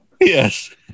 yes